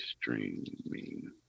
streaming